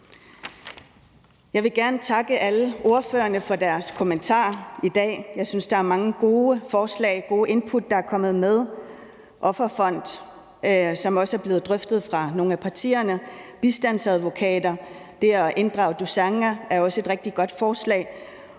Jeg vil gerne takke alle ordførerne for deres kommentarer i dag. Jeg synes, der er kommet mange gode forslag og gode input, f.eks. om en offerfond, som også er blevet drøftet af nogle af partierne, og bistandsadvokater. Det at inddrage Tusaannga er også et rigtig godt forslag.